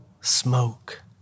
smoke